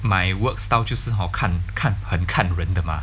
my work style 就是 hor 看看很看人的 mah